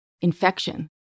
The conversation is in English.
infection